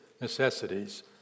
necessities